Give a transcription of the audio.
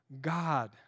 God